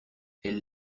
elle